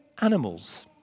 animals